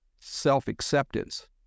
self-acceptance